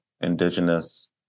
indigenous